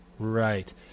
right